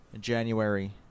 January